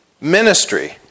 ministry